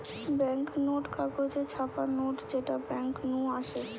bank note কাগজে ছাপা note যেটা বেঙ্ক নু আসে